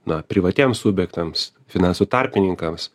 na privatiems subjektams finansų tarpininkams